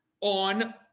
on